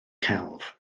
celf